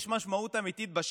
יש משמעות אמיתית בשטח.